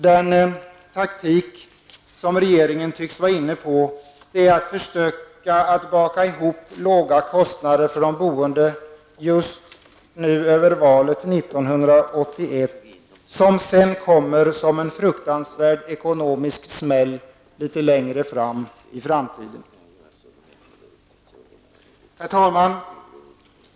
Den taktik som regeringen nu tycks vara inne på är att försöka baka ihop låga kostnader för de boende just nu över valet 1991. Men sedan kommer en fruktansvärd ekonomisk smäll litet längre fram i tiden. Herr talman!